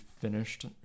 finished